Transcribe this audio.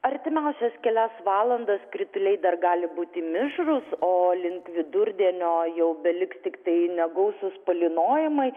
artimiausias kelias valandas krituliai dar gali būti mišrūs o link vidurdienio jau beliks tiktai negausūs palynojimai